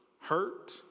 hurt